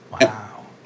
Wow